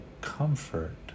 comfort